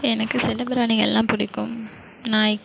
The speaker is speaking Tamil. எனக்கு செல்ல பிராணிகளெலாம் பிடிக்கும் நாய்